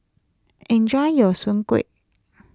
enjoy your Soon Kueh